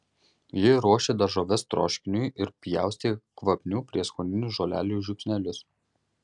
ji ruošė daržoves troškiniui ir pjaustė kvapnių prieskoninių žolelių žiupsnelius